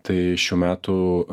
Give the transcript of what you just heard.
tai šių metų